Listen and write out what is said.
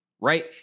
right